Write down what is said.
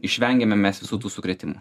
išvengėme mes visų tų sukrėtimų